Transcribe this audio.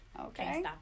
okay